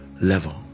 level